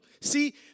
See